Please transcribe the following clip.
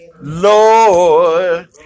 Lord